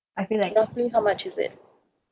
roughly how much is it